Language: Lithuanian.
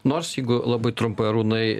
nors jeigu labai trumpai arūnai